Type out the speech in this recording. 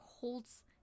holds